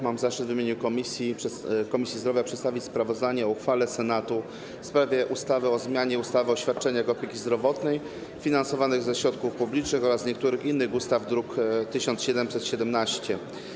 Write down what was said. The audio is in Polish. Mam zaszczyt w imieniu Komisji Zdrowia przedstawić sprawozdanie o uchwale Senatu w sprawie ustawy o zmianie ustawy o świadczeniach opieki zdrowotnej finansowanych ze środków publicznych oraz niektórych innych ustaw, druk nr 1717.